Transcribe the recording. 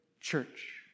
church